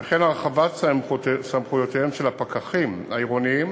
וכן הרחבת סמכויותיהם של הפקחים העירוניים